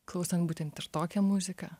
klausant būtent ir tokią muziką